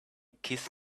kiss